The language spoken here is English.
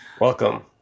Welcome